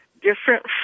different